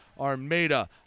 Armada